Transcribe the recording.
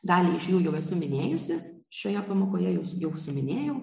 dalį iš jų jau esu minėjusi šioje pamokoje jau jau suminėjau